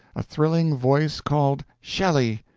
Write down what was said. a thrilling voice called shelley!